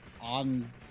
on